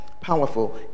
powerful